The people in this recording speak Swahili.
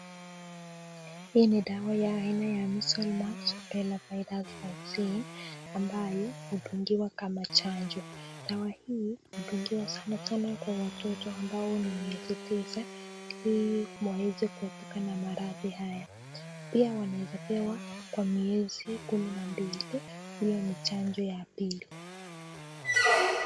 Hii ni dawa ya aina ya measles mumps rubella vaccine ambayo hudungiwa kama chanjo. Dawa hii hudungiwa sana sana watoto walio na miezi tisa, ili waweze kuepuka na maradhi haya. Pia wanaweza pewa kwa miezi 12 hiyo ni chanjo ya pili.